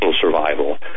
survival